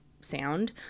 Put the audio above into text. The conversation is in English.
sound